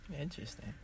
Interesting